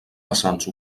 vessants